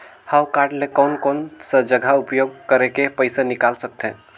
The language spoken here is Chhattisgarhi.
हव कारड ले कोन कोन सा जगह उपयोग करेके पइसा निकाल सकथे?